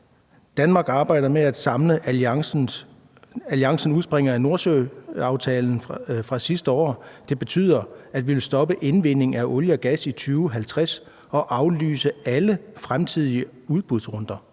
»Danmarks arbejde med at samle alliancen udspringer af Nordsøaftalen fra sidste år, der betyder, at vi stopper indvinding af olie og gas i 2050 og aflyser alle fremtidige udbudsrunder.«